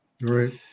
Right